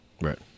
Right